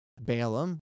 Balaam